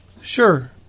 Sure